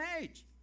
age